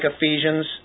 Ephesians